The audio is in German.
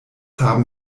haben